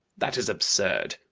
that is absurd.